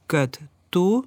kad tu